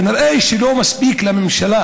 כנראה לא מספיק לממשלה